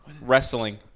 Wrestling